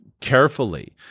carefully